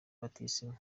batisimu